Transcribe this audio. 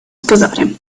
sposare